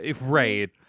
Right